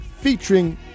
featuring